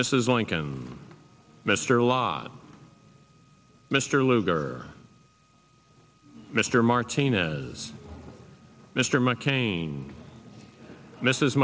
mrs lincoln mr lott mr lugar mr martinez mr mccain mrs